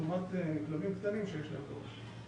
לעומת כלבים קטנים שיש להם דורש.